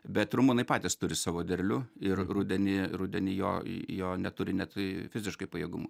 bet rumunai patys turi savo derlių ir rudenį rudenį jo į jo neturi net fiziškai pajėgumų